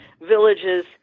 villages